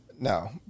No